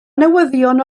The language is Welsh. newyddion